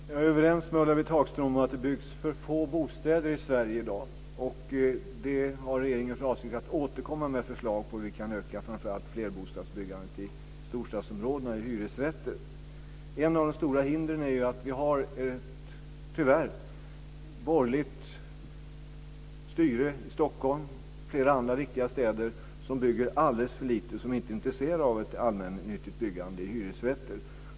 Fru talman! Jag är överens med Ulla-Britt Hagström om att det byggs för få bostäder i Sverige i dag. Regeringen har för avsikt att återkomma med förslag om hur vi kan öka framför allt flerbostadsbyggandet - hyresrätter - i storstadsområdena. Ett av de stora hindren är att vi tyvärr har ett borgerligt styre i Stockholm och i flera andra viktiga städer som bygger alldeles för lite. De är inte intresserade av ett allmännyttigt byggande i hyresrätter.